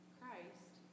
Christ